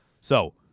So-